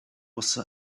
was